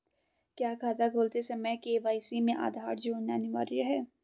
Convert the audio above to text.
क्या खाता खोलते समय के.वाई.सी में आधार जोड़ना अनिवार्य है?